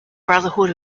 brotherhood